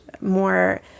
more